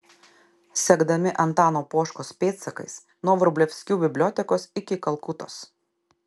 sekdami antano poškos pėdsakais nuo vrublevskių bibliotekos iki kalkutos